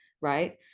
right